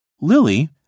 Lily